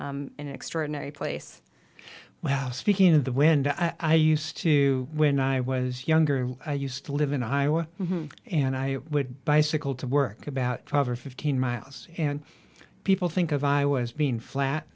in an extraordinary place well speaking of the wind i used to when i was younger i used to live in ohio and i would bicycle to work about twelve or fifteen miles and people think of i was being flat